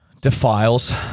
defiles